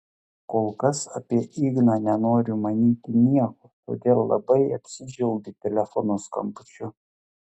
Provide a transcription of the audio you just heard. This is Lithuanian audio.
kol kas apie igną nenoriu manyti nieko todėl labai apsidžiaugiu telefono skambučiu